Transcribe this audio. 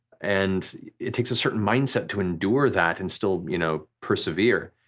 and it takes a certain mindset to endure that and still you know persevere,